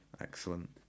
Excellent